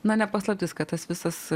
na ne paslaptis kad tas visas